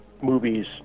movies